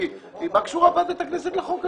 מה קשורה ועדת הכנסת לחוק הזה?